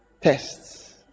tests